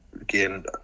Again